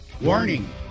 Warning